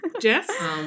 Jess